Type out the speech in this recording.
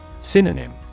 Synonym